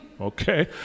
okay